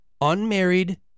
unmarried